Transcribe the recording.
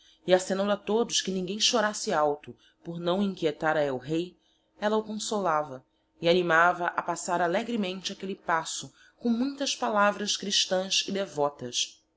e acenando a todos que ninguem chorasse alto por não inquietar a el rei ella o consolava e animava a passar alegremente aquelle passo com muitas palavras christãs e devotas